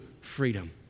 freedom